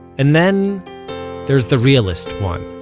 and then there's the realist one.